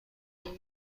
خواهم